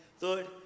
Lord